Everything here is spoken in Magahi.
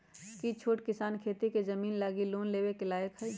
कि छोट किसान खेती के जमीन लागी लोन लेवे के लायक हई?